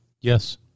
Yes